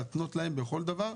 להתנות אותם בכל דבר.